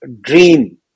dream